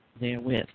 therewith